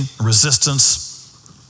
resistance